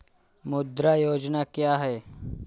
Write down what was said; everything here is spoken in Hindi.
मुद्रा योजना क्या है?